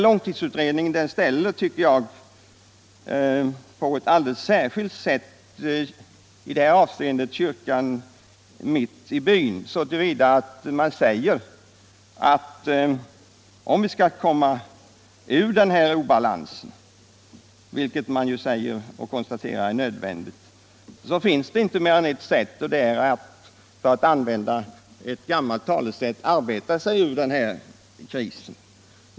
Långtidsutredningen ställer, tycker jag, på ett alldeles särskilt sätt i det här avseendet kyrkan mitt i byn så till vida att den anger att för att komma ur den här obalansen, vilket den förmenar är nödvändigt, kan vi bara gå till väga på ett sätt, nämligen — för att använda ett gammalt talesätt — arbeta oss ur krisen.